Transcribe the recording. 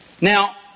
Now